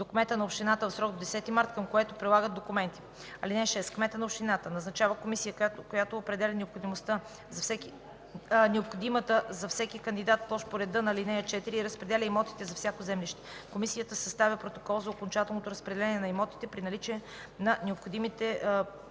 до кмета на общината в срок до 10 март, към което прилагат документи. (6) Кметът на общината назначава комисия, която определя необходимата за всеки кандидат площ по реда на ал. 4 и разпределя имотите за всяко землище. Комисията съставя протокол за окончателното разпределение на имотите при наличие на необходимите